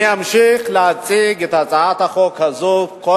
אני אמשיך להציג את הצעת החוק הזו כל